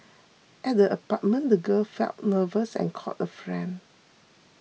at the apartment the girl felt nervous and called a friend